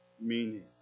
meaning